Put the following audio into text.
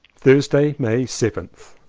thursday, may seventh.